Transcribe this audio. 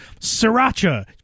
Sriracha